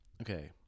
okay